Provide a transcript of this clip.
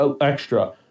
extra